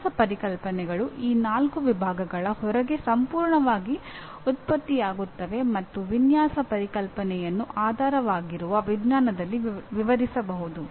ವಿನ್ಯಾಸ ಪರಿಕಲ್ಪನೆಗಳು ಈ ನಾಲ್ಕು ವಿಭಾಗಗಳ ಹೊರಗೆ ಸಂಪೂರ್ಣವಾಗಿ ಉತ್ಪತ್ತಿಯಾಗುತ್ತವೆ ಮತ್ತು ವಿನ್ಯಾಸ ಪರಿಕಲ್ಪನೆಯನ್ನು ಆಧಾರವಾಗಿರುವ ವಿಜ್ಞಾನದಲ್ಲಿ ವಿವರಿಸಬಹುದು